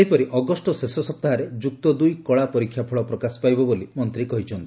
ସେହିପରି ଅଗଷ୍ ଶେଷ ସପ୍ତାହରେ ଯୁକ୍ତଦୁଇ କଳା ପରୀକ୍ଷା ଫଳ ପ୍ରକାଶ ପାଇବ ବୋଲି ମନ୍ତୀ କହିଛନ୍ତି